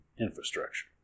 infrastructure